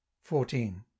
Fourteen